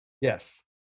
Yes